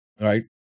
right